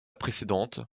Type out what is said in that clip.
précédente